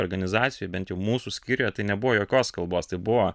organizacijoj bent jau mūsų skyriuje tai nebuvo jokios kalbos tai buvo